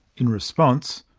in response,